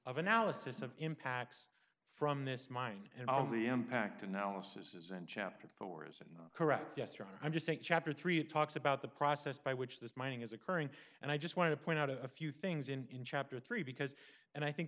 of analysis of impacts from this mine and all the impact analysis is in chapter four isn't correct yes your honor i'm just saying chapter three it talks about the process by which this mining is occurring and i just want to point out a few things in chapter three because and i think